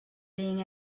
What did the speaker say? being